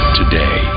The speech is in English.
today